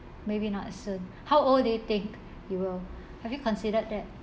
maybe not soon how old do you think you will have you considered that